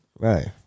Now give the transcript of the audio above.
Right